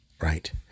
right